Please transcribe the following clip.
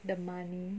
the money